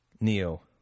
neo